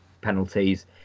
penalties